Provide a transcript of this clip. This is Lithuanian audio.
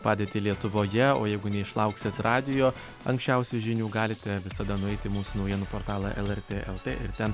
padėtį lietuvoje o jeigu neišlauksit radijo anksčiausių žinių galite visada nueiti į mūsų naujienų portalą lrt lt ir ten